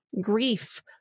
grief